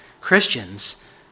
Christians